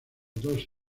dos